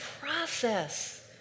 process